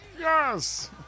Yes